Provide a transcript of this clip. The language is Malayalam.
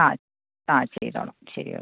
ആ ആ ചെയ്തോളാം ശരി ഓക്കെ